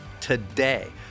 today